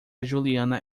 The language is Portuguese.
juliana